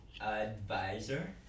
advisor